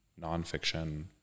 nonfiction